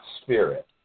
spirit